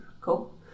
Cool